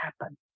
happen